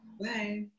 Bye